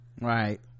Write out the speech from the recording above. right